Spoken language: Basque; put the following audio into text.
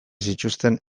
zituzten